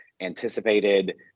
anticipated